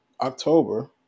October